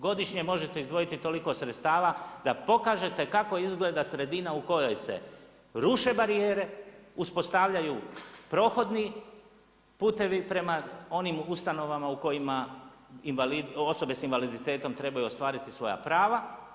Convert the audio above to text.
Godišnje možete izdvojiti toliko sredstava, da pokažete kako izgleda sredina u kojoj se ruše barijere, uspostavljaju prohodni putevi prema onim ustanovama osobe sa invaliditetom trebaju ostvariti svoja prava.